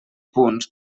punts